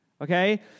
okay